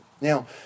Now